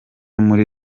muri